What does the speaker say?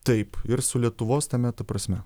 taip ir su lietuvos tame ta prasme